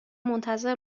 منتظر